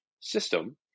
system